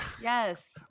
Yes